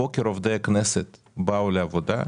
הבוקר עובדי הכנסת באו לעבודה,